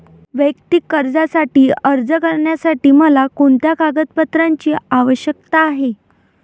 वैयक्तिक कर्जासाठी अर्ज करण्यासाठी मला कोणत्या कागदपत्रांची आवश्यकता आहे?